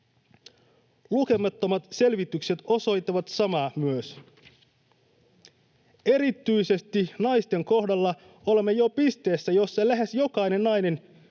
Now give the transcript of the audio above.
Lukemattomat selvitykset osoittavat samaa myös. Erityisesti naisten kohdalla olemme jo pisteessä, jossa lähes jokainen nainen